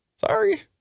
Sorry